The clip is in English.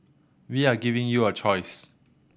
we are giving you a choice